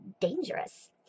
dangerous